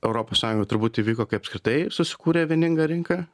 europos sąjungoj turbūt įvyko kai apskritai susikūrė vieninga rinka